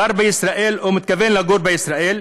גר בישראל או מתכוון לגור בישראל,